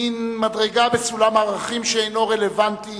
מין מדרגה בסולם הערכים שאינו רלוונטי